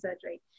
surgery